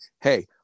hey